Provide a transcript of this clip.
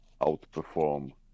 outperform